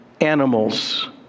animals